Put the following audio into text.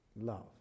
Love